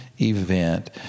event